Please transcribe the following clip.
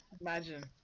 Imagine